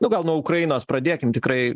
nu gal nuo ukrainos pradėkim tikrai